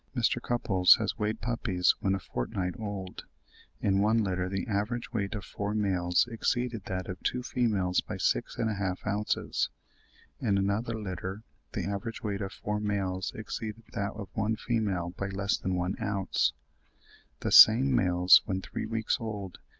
mr. cupples has weighed puppies when a fortnight old in one litter the average weight of four males exceeded that of two females by six and a half ounces in another litter the average weight of four males exceeded that of one female by less than one ounce the same males when three weeks old,